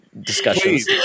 discussions